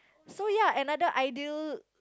so ya another ideal